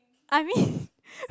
I mean